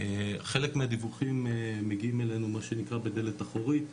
חלק מהדיווחים מגיעים אלינו מה שנקרא בדלת אחורית,